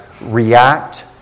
react